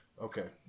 Okay